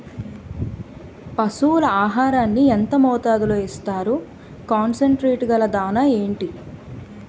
పశువుల ఆహారాన్ని యెంత మోతాదులో ఇస్తారు? కాన్సన్ ట్రీట్ గల దాణ ఏంటి?